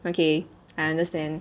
okay I understand